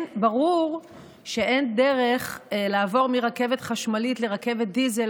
ברור שאין דרך לעבור לרכבת חשמלית מרכבת דיזל